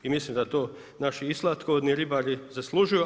I mislim da to naši i slatkovodni ribari zaslužuju.